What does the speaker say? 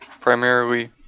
primarily